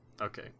okay